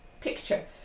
picture